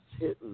hitting